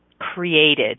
created